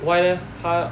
why leh 他